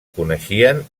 coneixien